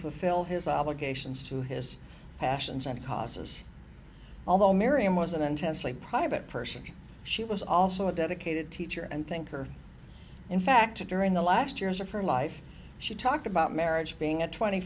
fulfill his obligations to his passions and causes although miriam was an intensely private person she was also a dedicated teacher and thinker in fact during the last years of her life she talked about marriage being a twenty